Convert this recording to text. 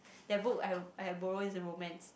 that book I had I had borrow it to romance